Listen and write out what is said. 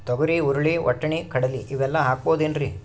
ತೊಗರಿ, ಹುರಳಿ, ವಟ್ಟಣಿ, ಕಡಲಿ ಇವೆಲ್ಲಾ ಹಾಕಬಹುದೇನ್ರಿ?